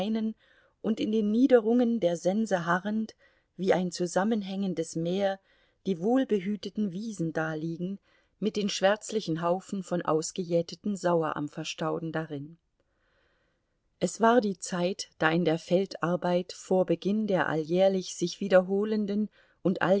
und in den niederungen der sense harrend wie ein zusammenhängendes meer die wohlbehüteten wiesen daliegen mit den schwärzlichen haufen von ausgejäteten sauerampferstauden darin es war die zeit da in der feldarbeit vor beginn der alljährlich sich wiederholenden und